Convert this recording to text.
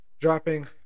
dropping